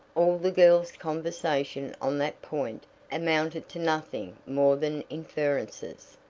all the girl's conversation on that point amounted to nothing more than inferences,